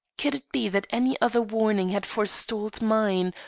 could it be that any other warning had forestalled mine,